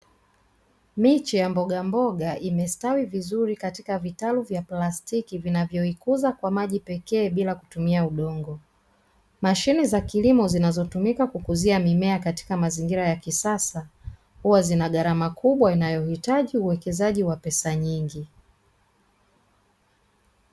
Miche ya mbogamboga imestawi vizuri katika vitalu vya plastiki vinavyoikuza kwa maji pekee bila kutumia udongo. Mashine za kilimo zinazotumika kukuzia mimea katika mazingira ya kisasa, huwa zina gharama kubwa inayohitaji uwekezaji wa pesa nyingi.